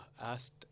asked